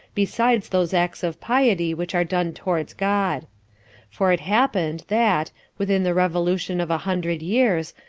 besides those acts of piety which are done towards god for it happened, that, within the revolution of a hundred years,